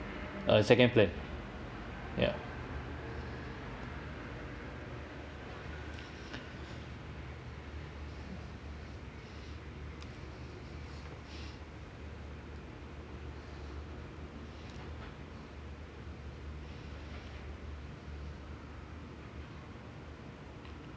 a second plan ya